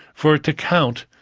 for it to count,